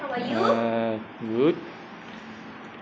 uh good